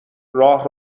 راه